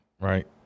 Right